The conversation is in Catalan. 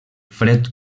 fred